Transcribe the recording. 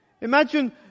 Imagine